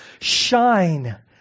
shine